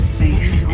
safe